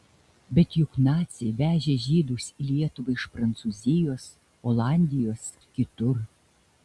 bet juk naciai vežė žydus į lietuvą iš prancūzijos olandijos kitur